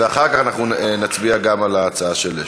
ואחר כך נצביע גם על ההצעה של שמולי.